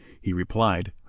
he replied,